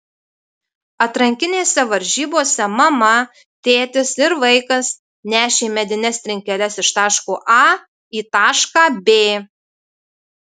atrankinėse varžybose mama tėtis ir vaikas nešė medines trinkeles iš taško a į tašką b